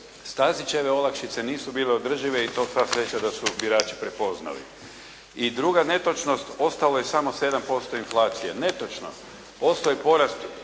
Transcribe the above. Stazićeve olakšice nisu bile održive i to sva sreća da su birači prepoznali. I druga netočnost ostalo je samo 7% inflacije. Netočno. Ostao je porast